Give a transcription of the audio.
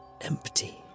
Empty